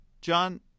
John